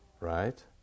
Right